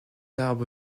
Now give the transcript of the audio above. arbre